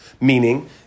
meaning